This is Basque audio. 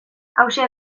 hauxe